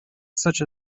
such